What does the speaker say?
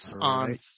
on